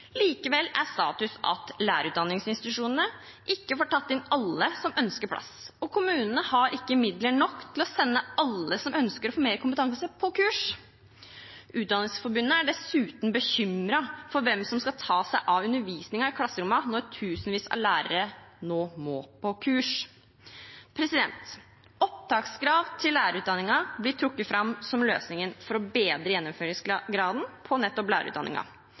Likevel er status at lærerutdanningsinstitusjonene ikke får tatt inn alle som ønsker plass, og kommunene har ikke midler nok til å sende alle som ønsker å få mer kompetanse, på kurs. Utdanningsforbundet er dessuten bekymret for hvem som skal ta seg av undervisningen i klasserommene når tusenvis av lærere nå må på kurs. Opptakskrav til lærerutdanningen blir trukket fram som løsningen for å bedre gjennomføringsgraden i nettopp